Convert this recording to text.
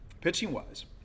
pitching-wise